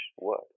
work